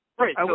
right